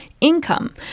income